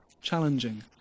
challenging